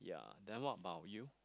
yeah then what about you